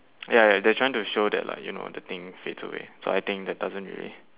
ya ya they're trying to show that like you know the thing fades away so I think that doesn't really